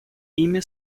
ими